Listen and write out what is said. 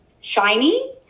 shiny